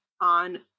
on